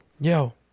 Yo